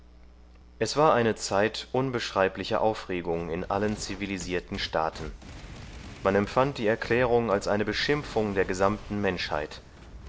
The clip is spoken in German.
es war eine zeit unbeschreiblicher aufregung in allen zivilisierten staaten man empfand die erklärung als eine beschimpfung der gesamten menschheit